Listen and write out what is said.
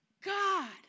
God